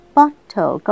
Bottle